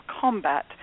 combat